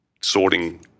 sorting